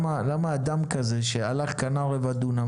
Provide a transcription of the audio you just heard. אדם שקנה רבע דונם,